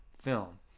film